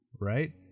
right